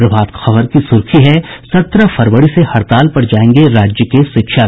प्रभात खबर की सुर्खी है सत्रह फरवरी से हड़ताल पर जायेंगे राज्य के शिक्षक